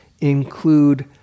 include